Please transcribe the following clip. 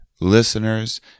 listeners